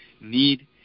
need